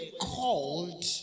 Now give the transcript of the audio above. called